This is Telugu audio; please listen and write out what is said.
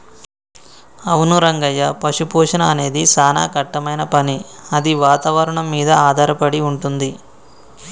అవును రంగయ్య పశుపోషణ అనేది సానా కట్టమైన పని అది వాతావరణం మీద ఆధారపడి వుంటుంది